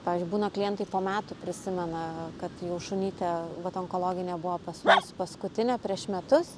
pavyzdžiui būna klientai po metų prisimena kad jau šunytė vat onkologinė buvo pas mus paskutinė prieš metus